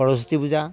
Saraswati Puja